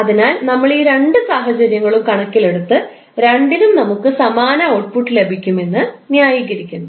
അതിനാൽ നമ്മൾ ഈ രണ്ട് സാഹചര്യങ്ങളും കണക്കിലെടുത്ത് രണ്ടിലും നമുക്ക് സമാന ഔട്ട്പുട്ട് ലഭിക്കും എന്ന് ന്യായീകരിക്കുന്നു